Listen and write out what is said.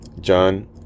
John